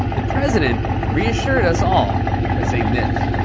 the president reassured us all by saying this.